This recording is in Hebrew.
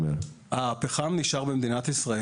הפחם נשאר במדינת ישראל.